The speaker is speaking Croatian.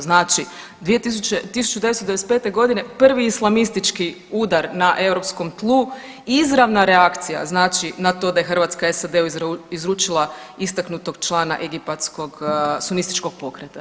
Znači 1995.g. prvi islamistički udar na europskom tlu izravna reakcija znači na to da je Hrvatska SAD-u izručila istaknutog člana egipatskog sunističkog pokreta.